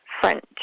French